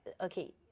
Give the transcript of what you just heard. okay